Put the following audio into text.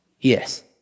Yes